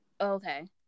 Okay